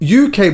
UK